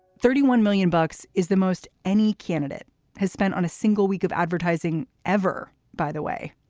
thirty one million bucks is the most any candidate has spent on a single week of advertising ever. by the way,